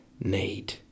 need